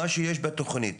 מה יש בתכנית,